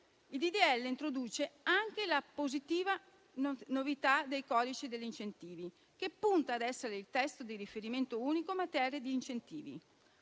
legge introduce anche la positiva novità del codice degli incentivi che punta a essere il testo di riferimento unico in materia di incentivi: